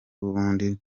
n’ubundi